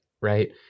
right